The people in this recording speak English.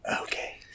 Okay